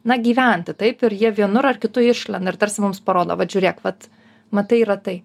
na gyventi taip ir jie vienur ar kitu išlenda ir tarsi mums parodo vat žiūrėk vat matai yra tai